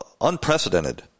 unprecedented